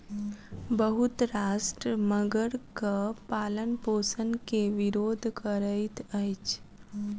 बहुत राष्ट्र मगरक पालनपोषण के विरोध करैत अछि